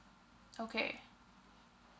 okay